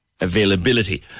availability